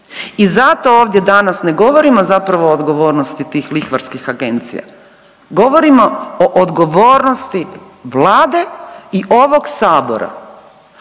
i zato ovdje danas ne govorimo zapravo o odgovornosti tih lihvarskih agencija. Govorimo o odgovornosti Vlade i ovog Sabora